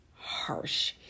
harsh